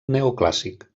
neoclàssic